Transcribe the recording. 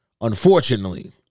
Unfortunately